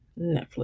Netflix